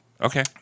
Okay